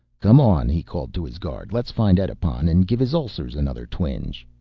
come on, he called to his guard, let's find edipon and give his ulcers another twinge.